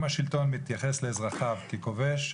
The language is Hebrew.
אם השלטון מתייחס לאזרחיו ככובש,